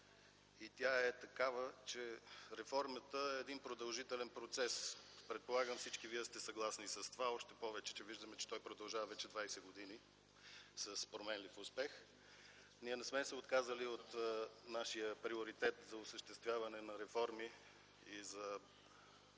и тя е такава, че реформата е един продължителен процес. Предполагам, че всички Вие сте съгласни с това, още повече че виждаме, че той продължава вече двадесет години с променлив успех. Ние не сме се отказали от нашия приоритет за осъществяване на реформи и за